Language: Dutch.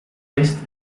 wist